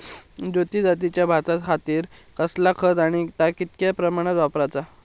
ज्योती जातीच्या भाताखातीर कसला खत आणि ता कितक्या प्रमाणात वापराचा?